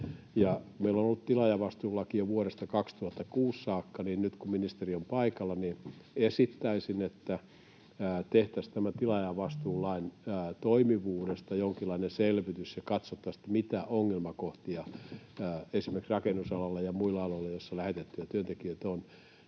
meillä on ollut tilaajavastuulaki jo vuodesta 2006 saakka, niin nyt, kun ministeri on paikalla, esittäisin, että tehtäisiin tämän tilaajavastuulain toimivuudesta jonkinlainen selvitys ja katsottaisiin, mitä ongelmakohtia on esimerkiksi rakennusalalla ja muilla aloilla, joissa on lähetettyjä työntekijöitä —